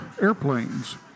airplanes